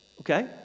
okay